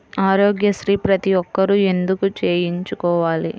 ఆరోగ్యశ్రీ ప్రతి ఒక్కరూ ఎందుకు చేయించుకోవాలి?